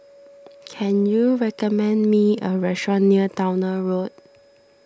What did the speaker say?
can you recommend me a restaurant near Towner Road